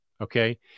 Okay